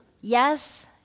Yes